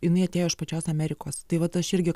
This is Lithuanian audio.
jinai atėjo iš pačios amerikos tai vat aš irgi